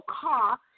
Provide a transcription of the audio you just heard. car